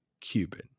Cuban